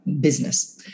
business